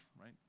right